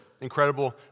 Incredible